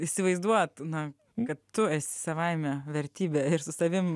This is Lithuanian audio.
įsivaizduot na kad tu esi savaime vertybė ir su savim